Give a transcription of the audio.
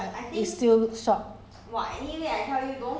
I think cannot phase three also I cannot make it